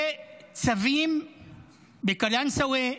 וצווים בקלנסווה,